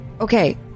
Okay